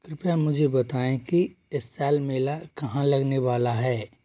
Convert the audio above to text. कृपया मुझे बताएँ कि इस साल मेला कहाँ लगने वाला है